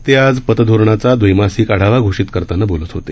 ते आज पतधोरणाचा द्वैमासिक आढावा घोषित करताना बोलत होते